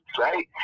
Right